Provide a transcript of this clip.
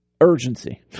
urgency